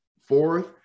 fourth